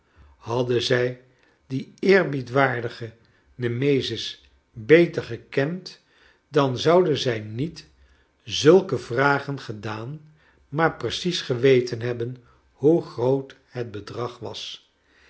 hadden zij dien eerbiedwaardigen nemesis beter gekend dan zouden zij niet zulke vragen gedaan maar precies geweten hebben hoe groot het bedrag was